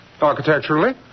architecturally